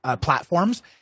platforms